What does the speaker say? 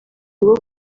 rwo